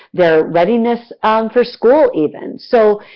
their readiness for school, even. so,